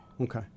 Okay